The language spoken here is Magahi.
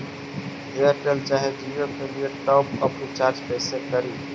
एयरटेल चाहे जियो के लिए टॉप अप रिचार्ज़ कैसे करी?